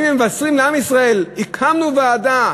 ומבשרים לעם ישראל: הקמנו ועדה,